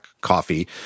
coffee